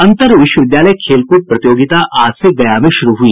अंतर विश्वविद्यालय खेलकूद प्रतियोगिता आज से गया में शुरू हुई